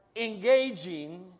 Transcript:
engaging